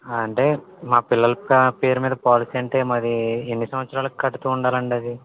అంటే మా పిల్లలపే పేరు మీద పాలసీ అంటే మరి ఎన్ని సంవత్సరాలు కడుతూ ఉండాలి అండీ అది